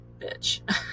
bitch